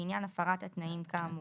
לעניין הפרת התנאים כאמור.